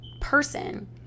person